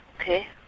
okay